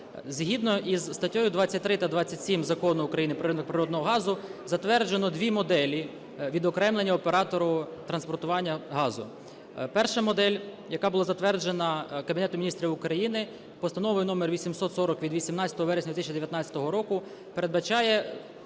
Згідно із статтею 23 та 27 Закону України "Про ринок природнього газу" затверджено дві моделі відокремлення оператора транспортування газу. Перша модель, яка була затверджена Кабінетом Міністрів України Постановою №840 від 18 вересня 2019 року, передбачає